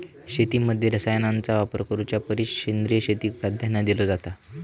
शेतीमध्ये रसायनांचा वापर करुच्या परिस सेंद्रिय शेतीक प्राधान्य दिलो जाता